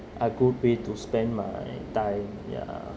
a good way to spend my time yeah